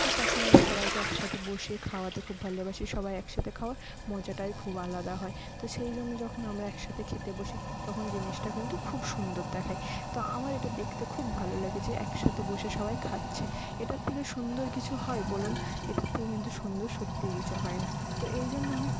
তো তখন আমি সবাইকে একসাথে বসিয়ে খাওয়াতে খুব ভালোবাসি সবাই একসাথে খাওয়ার মজাটাই খুব আলাদা হয় সেই জন্যে যখন আমরা একসাথে খেতে বসি তখন জিনিসটা কিন্তু খুব সুন্দর দেখায় তো আমার এটা দেখতে খুব ভালো লাগে যে একসাথে বসে সবাই খাচ্ছে এটার থেকে সুন্দর কিছু হয় বলুন এটার থেকে কিন্তু সুন্দর সত্যিই কিছু হয় না তো এই জন্য আমি